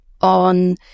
on